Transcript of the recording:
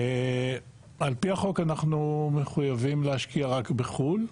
על פי החוק אנחנו מחויבים להשקיע רק בחו"ל,